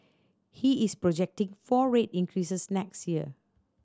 he is projecting four rate increases next year